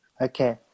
Okay